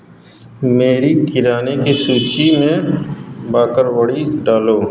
मेरी किराने की सूची में बाकरवड़ी डालो